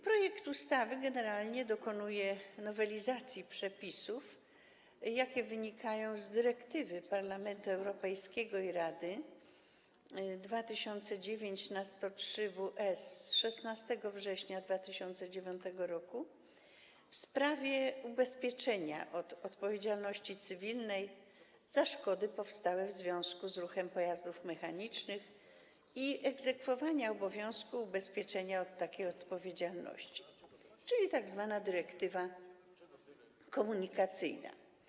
Projekt ustawy generalnie dokonuje nowelizacji przepisów, jaka wynika z dyrektywy Parlamentu Europejskiego i Rady 2009/103 WE z 16 września 2009 r. w sprawie ubezpieczenia od odpowiedzialności cywilnej za szkody powstałe w związku z ruchem pojazdów mechanicznych i egzekwowania obowiązku ubezpieczenia od takiej odpowiedzialności, czyli tzw. dyrektywy komunikacyjnej.